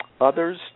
Others